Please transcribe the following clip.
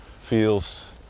feels